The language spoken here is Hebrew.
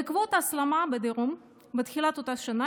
בעקבות ההסלמה בדרום בתחילת אותה שנה